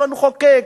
המחוקק,